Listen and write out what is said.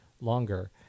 longer